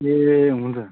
ए हुन्छ